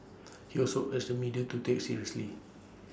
he also urged the media to take seriously